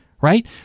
right